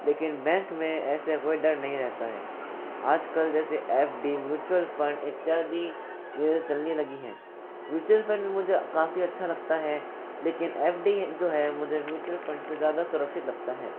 लेकिन बैंक में ऐसे कोई डर नहीं रहता हैं आजकल जैसे एफ डी म्युचुअल फंड इत्यादि चीज़ें चलने लगी हैं म्युचुअल फंड मुझे काफी अच्छा लगता है लेकिन एफ डी जो है मुझे म्युचुअल फंड से ज़्यादा सुरक्षित लगता है